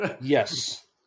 Yes